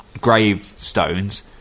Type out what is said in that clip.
gravestones